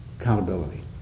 accountability